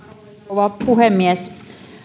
rouva puhemies